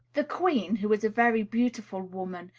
the queen, who is a very beautiful woman,